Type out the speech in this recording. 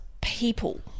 people